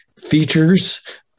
features